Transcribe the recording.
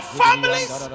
families